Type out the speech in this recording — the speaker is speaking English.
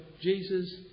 Jesus